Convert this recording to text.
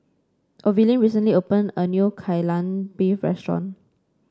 Olivine recently opened a new Kai Lan Beef restaurant